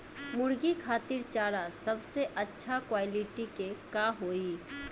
मुर्गी खातिर चारा सबसे अच्छा क्वालिटी के का होई?